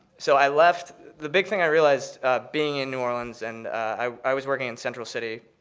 so i left the big thing i realized being in new orleans, and i was working in central city,